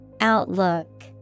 Outlook